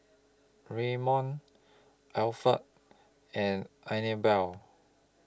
Ramon Alferd and Anibal